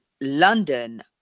london